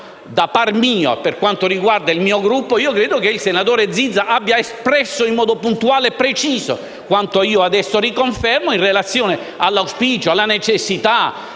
sensibilità. Per quanto riguarda il mio Gruppo, credo che il senatore Zizza abbia espresso in modo puntuale e preciso quanto riconfermo adesso in relazione all'auspicio e alla necessità